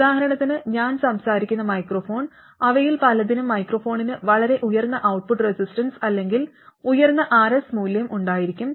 ഉദാഹരണത്തിന് ഞാൻ സംസാരിക്കുന്ന മൈക്രോഫോൺ അവയിൽ പലതിനും മൈക്രോഫോണിന് വളരെ ഉയർന്ന ഔട്ട്പുട്ട് റെസിസ്റ്റൻസ് അല്ലെങ്കിൽ ഉയർന്ന Rs മൂല്യം ഉണ്ടായിരിക്കും